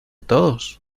todos